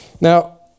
Now